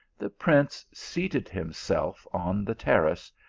the prince seated himself on the terrace,